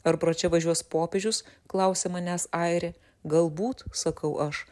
ar pro čia važiuos popiežius klausia manęs airė galbūt sakau aš